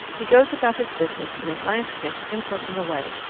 he goes about his business in a scientific, impersonal way,